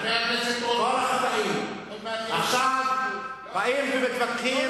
חבר הכנסת רותם, עוד מעט, עכשיו באים ומתווכחים